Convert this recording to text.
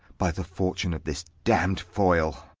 by the fortune of this damned foil.